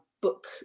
book